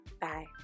Bye